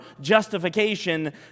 justification